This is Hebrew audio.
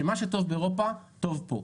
שמה שטוב באירופה טוב פה.